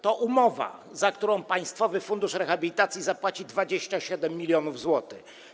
To umowa, za którą państwowy fundusz rehabilitacji zapłaci 27 mln zł.